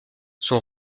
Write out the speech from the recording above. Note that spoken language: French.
son